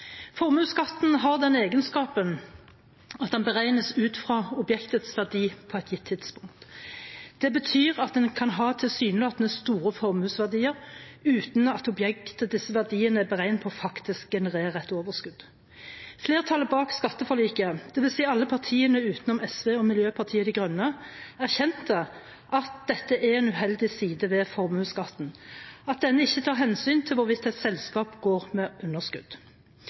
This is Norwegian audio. Formuesskatten har den egenskapen at den beregnes ut fra objektets verdi på et gitt tidspunkt. Det betyr at en kan ha tilsynelatende store formuesverdier uten at objektet disse verdiene er beregnet på, faktisk genererer et overskudd. Flertallet bak skatteforliket, dvs. alle partiene utenom SV og Miljøpartiet De Grønne, erkjente at det er en uheldig side ved formuesskatten at den ikke tar hensyn til hvorvidt et selskap går med underskudd.